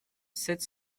sept